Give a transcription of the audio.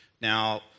Now